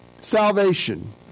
salvation